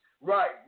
right